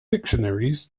dictionaries